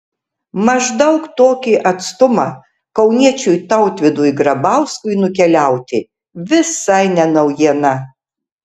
maždaug tokį atstumą kauniečiui tautvydui grabauskui nukeliauti visai ne naujiena